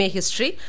History